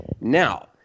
Now